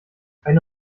eine